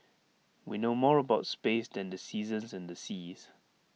we know more about space than the seasons and the seas